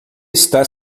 está